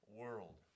world